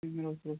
ମୁଁ ରହୁଛି ସାର୍